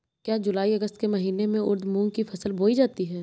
क्या जूलाई अगस्त के महीने में उर्द मूंग की फसल बोई जाती है?